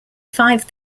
five